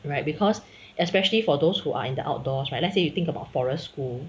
right because especially for those who are in the outdoors right let say you think about forest school